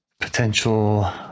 potential